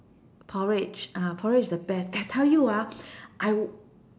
porridge ah porridge is the best eh I tell you ah I